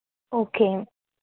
okay